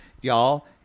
Y'all